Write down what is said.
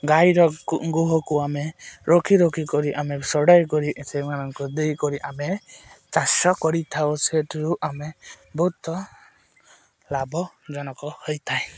ଗାଈର ଗୁହକୁ ଆମେ ରଖି ରଖି କରି ଆମେ ସଢ଼ାଇ କରି ସେମାନଙ୍କୁ ଦେଇକରି ଆମେ ଚାଷ କରିଥାଉ ସେଥିରୁ ଆମେ ବହୁତ ଲାଭଜନକ ହୋଇଥାଏ